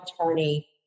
attorney